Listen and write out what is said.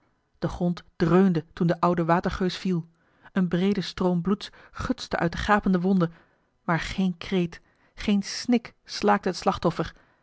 de grond dreunde toen de oude watergeus viel een breede stroom bloeds gudste uit de gapende wonde maar geen kreet geen snik slaakte het slachtoffer